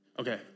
Okay